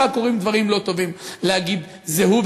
רק כשקורים דברים לא טובים להגיד: זה הוא,